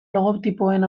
logotipoen